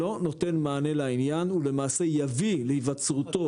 לא נותן מענה לעניין ולמעשה יביא להיווצרותו